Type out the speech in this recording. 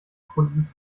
gefundenes